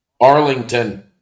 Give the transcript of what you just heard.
Arlington